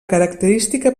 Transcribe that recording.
característica